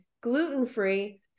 gluten-free